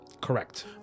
Correct